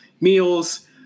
meals